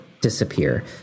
disappear